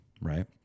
Right